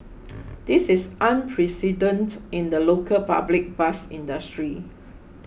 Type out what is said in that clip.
this is unprecedented in the local public bus industry